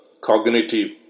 cognitive